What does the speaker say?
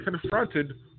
confronted